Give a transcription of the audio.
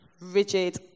rigid